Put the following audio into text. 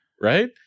Right